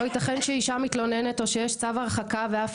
לא ייתכן שאישה מתלוננת או שיש צו הרחקה ואף